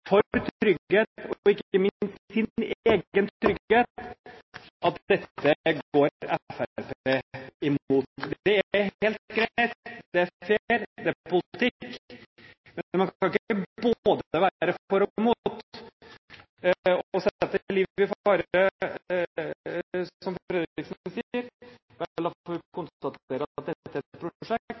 trygghet og ikke minst for sin egen trygghet, at dette går Fremskrittspartiet imot. Det er helt greit, det er fair, det er politikk. Men man kan ikke både være for og imot. Vil sette liv i fare, sier representanten Fredriksen, vel, da får vi konstatere at dette er et prosjekt